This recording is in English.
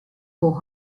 for